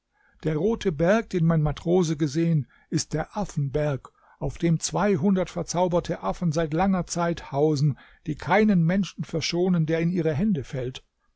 der rote berg den mein matrose gesehen ist der affenberg auf dem zweihundert verzauberte affen seit langer zeit hausen die keinen menschen verschonen der in ihre hände fällt